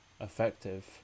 effective